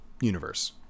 universe